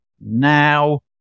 now